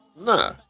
Nah